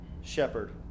shepherd